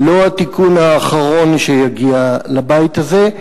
לא התיקון האחרון שיגיע לבית הזה,